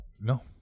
no